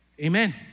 Amen